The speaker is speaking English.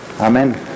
Amen